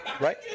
right